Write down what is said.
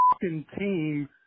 team